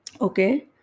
Okay